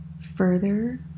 further